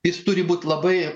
jis turi būt labai